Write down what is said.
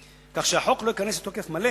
שלו, כך שהחוק לא ייכנס לתוקף מלא